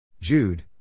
Jude